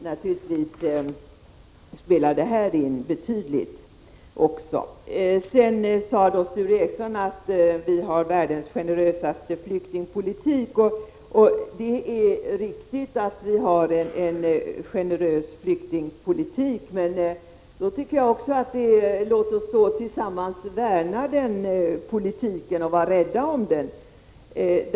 Naturligtvis spelar det här in i betydande omfattning. Sture Ericson sade att vi har världens generösaste flyktingpolitik. Det är riktigt att vi har en generös flyktingpolitik, men låt oss tillsammans värna den politiken och vara rädda om den.